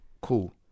Cool